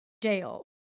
jail